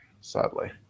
sadly